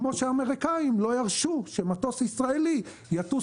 כמו שהאמריקנים לא ירשו שמטוס ישראלי יטוס